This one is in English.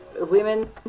women